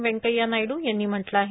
व्यंकथ्या नायडू यांनी म्हटलं आहे